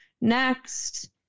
Next